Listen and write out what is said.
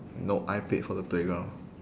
no I paid for the playground